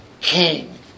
King